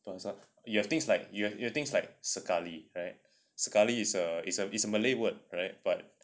you have you have things like you have your things like sekali sekali is a is a is a malay word right but